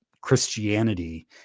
christianity